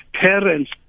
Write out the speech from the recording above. parents